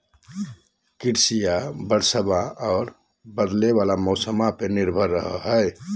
कृषिया बरसाबा आ बदले वाला मौसम्मा पर निर्भर रहो हई